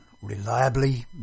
Reliably